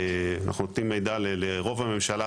אנחנו נותנים מידע לרוב הממשלה,